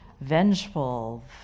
vengeful